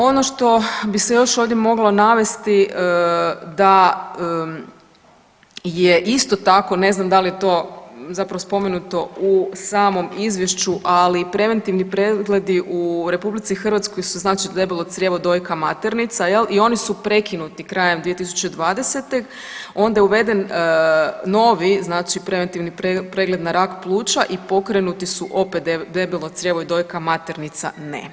Ono što bi se još ovdje moglo navesti da je isto tako, ne znam da li je to zapravo spomenuto u samom izvješću, ali preventivni pregledi u RH su znači debelo crijevo, dojka, maternica jel i oni su prekinuti krajem 2020., onda je uveden novi znači preventivni pregled na rak pluća i pokrenuti su opet debelo crijevo i dojka, maternica ne.